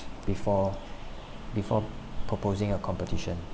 before before proposing a competition